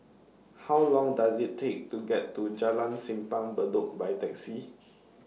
How Long Does IT Take to get to Jalan Simpang Bedok By Taxi